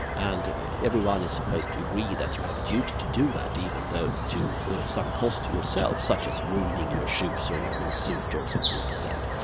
and everyone is supposed to agree that you have a duty to do that even though to some cost to yourself, such as ruining your shoes, or your you know suit or something like that.